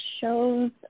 shows